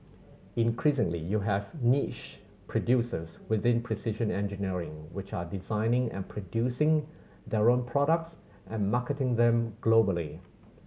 increasingly you have niche producers within precision engineering which are designing and producing their own products and marketing them globally